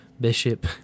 bishop